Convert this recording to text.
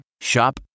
Shop